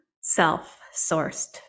self-sourced